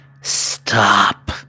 Stop